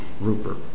Rupert